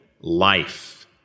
life